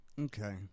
Okay